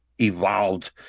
evolved